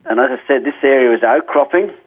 and and said, this area was outcropping.